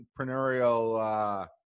entrepreneurial